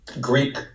Greek